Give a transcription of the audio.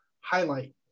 highlight